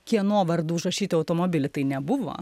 kieno vardu užrašyti automobilį tai nebuvo